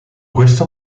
questo